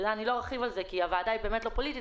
ואני לא ארחיב על זה כי הוועדה היא באמת לא פוליטית